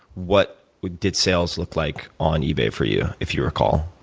what what did sales look like on ebay for you, if you recall,